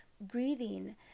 breathing